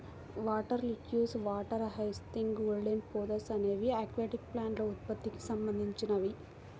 water lettuce, water hyacinth, golden pothos అనేవి aquatic ప్లాంట్ల ఉత్పత్తికి సంబంధించినవి